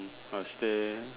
questions